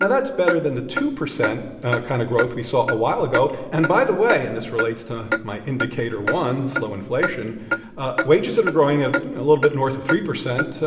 now, that's better than the two percent kind of growth we saw a while ago and, by the way and this relates to my indicator one, slow inflation wages are growing ah a little bit north of three percent